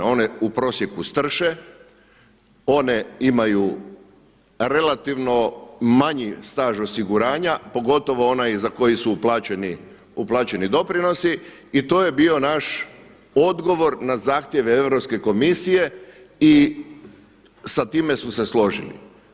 One u prosjeku strše, one imaju relativno manji staž osiguranja pogotovo onaj za koji su uplaćeni doprinosi, i to je bio naš odgovor na zahtjeve Europske komisije i s time su se složili.